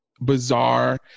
bizarre